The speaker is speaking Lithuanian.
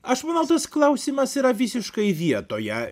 aš manau tas klausimas yra visiškai vietoje